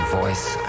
voice